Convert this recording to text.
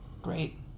Great